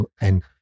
and-